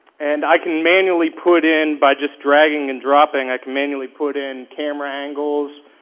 and i can manually put in by just dragging and dropping. i can manually put in camera angles,